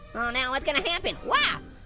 oh no, what's gonna happen? yeah